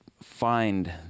find